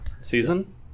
Season